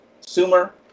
Sumer